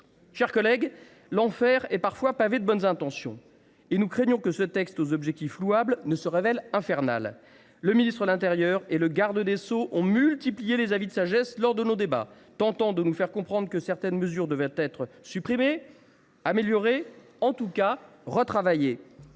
chers collègues, l’enfer est parfois pavé de bonnes intentions. Or nous craignons justement que ce texte, aux objets louables, ne se révèle infernal. Le ministre de l’intérieur et le garde des sceaux ont multiplié les avis de sagesse lors de nos débats, tout en tentant de nous faire comprendre que certaines mesures devraient être supprimées ou améliorées, à tout le moins retravaillées.